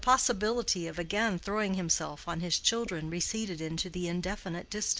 the possibility of again throwing himself on his children receded into the indefinite distance,